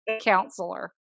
counselor